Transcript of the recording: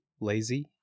Lazy